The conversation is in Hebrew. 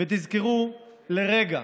ותזכרו לרגע